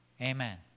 Amen